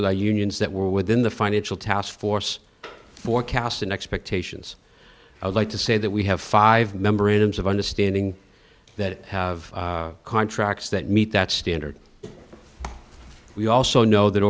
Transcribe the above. for the unions that were within the financial taskforce forecast and expectations i would like to say that we have five member in terms of understanding that have contracts that meet that standard we also know that